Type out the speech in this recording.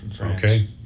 okay